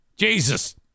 Jesus